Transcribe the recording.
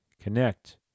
Connect